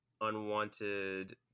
unwanted